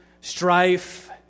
strife